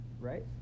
right